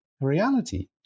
reality